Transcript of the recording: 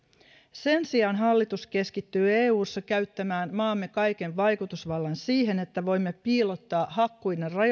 sen sijaan hallitus keskittyy eussa käyttämään maamme kaiken vaikutusvallan siihen että voimme piilottaa hakkuiden